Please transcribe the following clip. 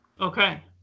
Okay